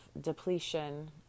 depletion